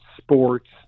sports